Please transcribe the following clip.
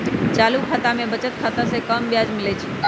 चालू खता में बचत खता से कम ब्याज मिलइ छइ